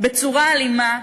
בצורה אלימה,